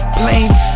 planes